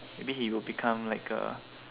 maybe he will become like a